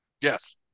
Yes